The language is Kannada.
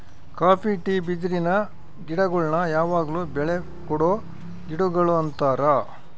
ಕಾಪಿ ಟೀ ಬಿದಿರಿನ ಗಿಡಗುಳ್ನ ಯಾವಗ್ಲು ಬೆಳೆ ಕೊಡೊ ಗಿಡಗುಳು ಅಂತಾರ